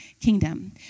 kingdom